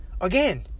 again